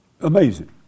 Amazing